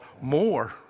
More